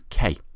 UK